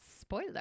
Spoiler